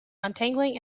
untangling